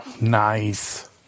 Nice